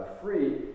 free